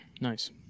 Nice